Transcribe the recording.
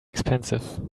expensive